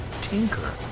Tinker